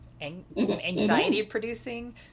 anxiety-producing